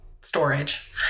storage